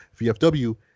VFW